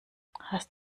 hast